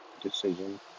decision